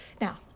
Now